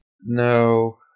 no